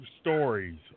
stories